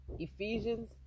Ephesians